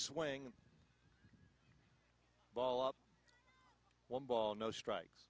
swing ball up one ball no strikes